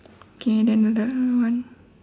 okay then the other one